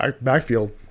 backfield